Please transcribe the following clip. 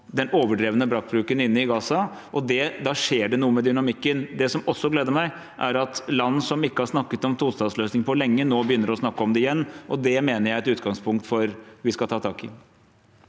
den overdrevne maktbruken inne i Gaza. Da skjer det noe med dynamikken. Det som også gleder meg, er at land som ikke har snakket om en tostatsløsning på lenge, nå begynner å snakke om det igjen. Det mener jeg er et utgangspunkt vi skal ta tak i.